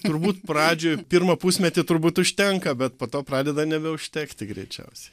turbūt pradžioj pirmą pusmetį turbūt užtenka bet po to pradeda nebeužtekti greičiausiai